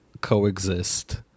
coexist